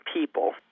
people